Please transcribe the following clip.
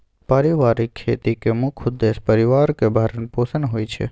परिबारिक खेतीक मुख्य उद्देश्य परिबारक भरण पोषण होइ छै